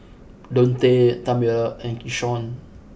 Dontae Tamera and Keshaun